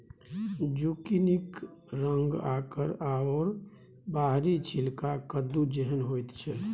जुकिनीक रंग आकार आओर बाहरी छिलका कद्दू जेहन होइत छै